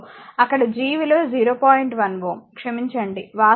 1 Ω క్షమించండి వాస్తవానికి G విలువ 0